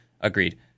Agreed